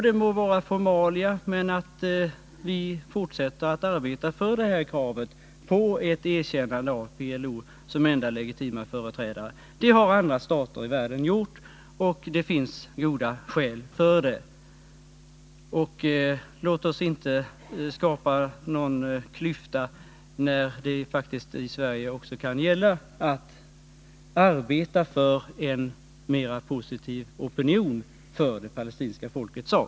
Det må vara formalia, men vi fortsätter att arbeta för kravet på ett erkännande av PLO som det palestinska folkets enda legitima företrädare. Det har andra stater i världen gjort, och det finns goda skäl för detta. Låt oss inte skapa någon klyfta, när det i Sverige faktiskt också kan gälla att arbeta för en mer positiv opinion för det palestinska folkets sak!